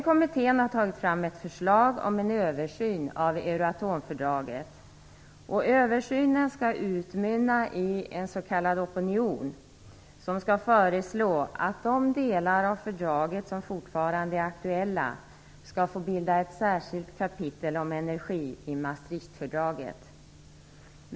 Kommittén har tagit fram ett förslag om en översyn av Euratomfördraget, och översynen skall utmynna i en s.k. opinion som skall föreslå att de delar av fördraget som fortfarande är aktuella skall få bilda ett särskilt kapitel om energi i Maastrichtfördraget.